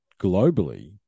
globally